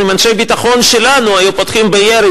אם אנשי ביטחון שלנו היו פותחים בירי